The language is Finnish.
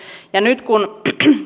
ja nyt kun